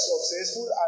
successful